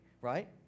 right